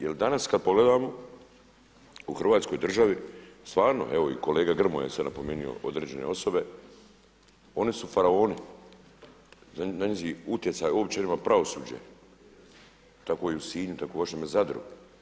Jer danas kada pogledamo u Hrvatskoj državi, stvarno evo i kolega Grmoja je sada napomenuo određene osobe, oni su faraoni, njihov utjecaj uopće nema pravosuđe, tako je i u sinju, tako je u vašem Zadru.